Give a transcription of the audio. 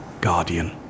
Guardian